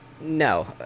no